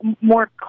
more